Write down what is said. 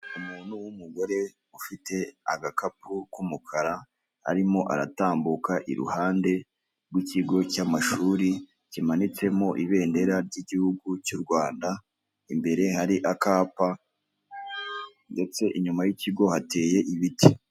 Umuntu w'umugore ufite agakapu k'umukara arimo aratambuka iruhande rw'ikigo cy'amashuri kimanitsemo ibendera ry'igihugu cy'u Rwanda, imbere hari akapa ndetse inyuma y'ikigo hateye ibiti.